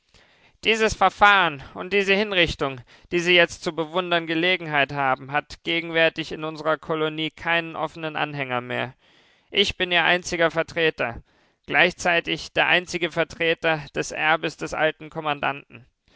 dieses verfahren und diese hinrichtung die sie jetzt zu bewundern gelegenheit haben hat gegenwärtig in unserer kolonie keinen offenen anhänger mehr ich bin ihr einziger vertreter gleichzeitig der einzige vertreter des erbes des alten kommandanten